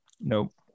nope